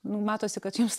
nu matosi kad jums